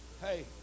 Hey